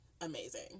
amazing